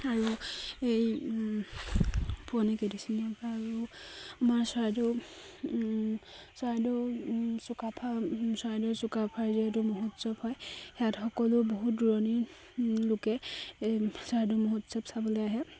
আৰু এই পুৰণি কৃতিচিহ্ণৰ পৰা আৰু আমাৰ চৰাইদেউ চৰাইদেউ চুকাফা চৰাইদেউ চুকাফাৰ যিহেতু মহোৎসৱ হয় সেয়াত সকলো বহুত দূৰণিৰ লোকে চৰাইদেউ মহোৎসৱ চাবলৈ আহে